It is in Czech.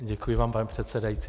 Děkuji vám, pane předsedající.